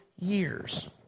years